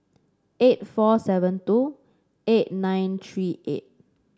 eight four seven two eight nine three eight